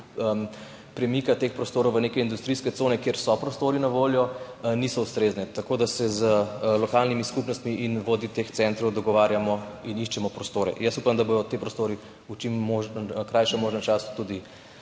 premika teh prostorov v neke industrijske cone, kjer so prostori na voljo, niso ustrezne. Tako da se z lokalnimi skupnostmi in vodji teh centrov dogovarjamo in iščemo prostore. Upam, da bodo ti prostori v čim krajšem možnem času tudi